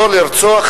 לא לרצוח,